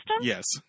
Yes